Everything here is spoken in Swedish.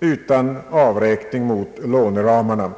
utan avräkning mot låneramarna.